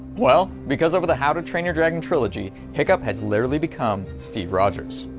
well because over the how to train your dragon trilogy, hiccup has literally become steve rogers.